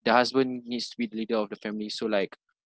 the husband needs to be the leader of the family so like